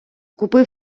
купив